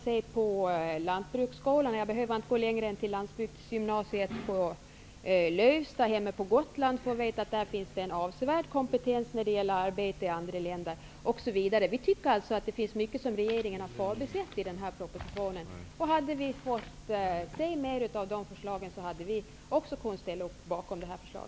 Jag behöver inte gå längre än till Lantbruksgymnasiet i Lövsta hemma på Gotland för att veta att där finns en avsevärd kompetens när det gäller att arbeta i andra länder. Vi tycker som sagt att det är mycket som regeringen har förbisett i propositionen. Hade vi fått se mer av sådant som vi föreslår hade vi kunnat ställa oss bakom regeringens förslag.